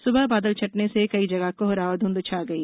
सुबह बादल छंटने से कई जगह कोहरा और ध्वंध छा गई